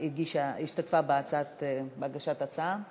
השתתפה בהגשת ההצעה גם